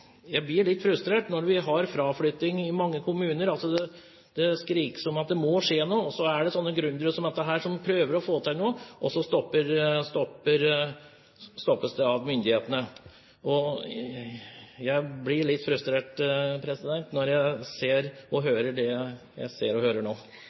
Jeg blir litt frustrert når vi har fraflytting i mange kommuner, og det skrikes om at det må skje noe. Når så gründere som dette prøver å få til noe, så stoppes det av myndighetene. Jeg blir litt frustrert når jeg ser og hører det jeg ser og hører nå.